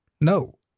No